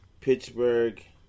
Pittsburgh